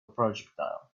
projectile